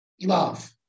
love